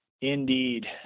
Indeed